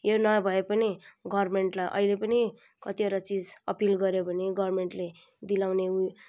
यो नभए पनि गभर्मेन्टलाई अहिले पनि कतिवटा चिज अपिल गऱ्यो भने गभर्मेन्टले दिलाउने